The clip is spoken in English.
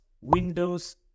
Windows